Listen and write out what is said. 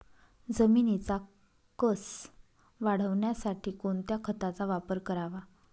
जमिनीचा कसं वाढवण्यासाठी कोणत्या खताचा वापर करावा?